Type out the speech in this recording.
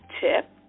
tip